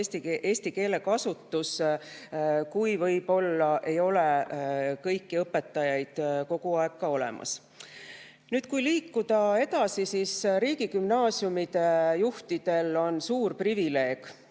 eesti keele kasutus, kuigi võib-olla ei ole kõiki õpetajaid kogu aeg olemas. Nüüd, kui liikuda edasi, siis riigigümnaasiumide juhtidel on suur privileeg.